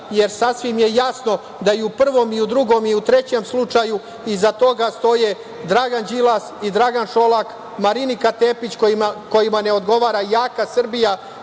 jer sasvim je jasno da i u prvom i u drugom i u trećem slučaju iza toga stoje Dragan Đilas, Dragan Šola i Marinika Tepić, kojima ne odgovara jaka Srbija,